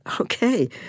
okay